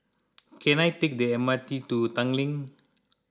can I take the M R T to Tanglin